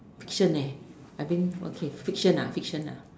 fiction leh I mean okay fiction ah fiction ah